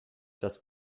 das